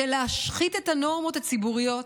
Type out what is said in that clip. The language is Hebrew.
של להשחית את הנורמות הציבוריות,